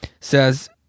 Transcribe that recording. says